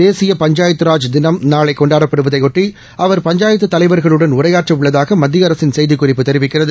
தேசிய பஞ்சாயத்தராஜ் தினம் நாளை கொண்டாடப்படுவதையொட்டி அவர் பஞ்சாயத்து தலைவர்களுடன் உரையாற்ற உள்ளதாக மத்திய அரசின் செய்திக்குறிப்பு தெரிவிக்கிறது